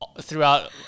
throughout